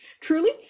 truly